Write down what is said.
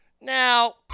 Now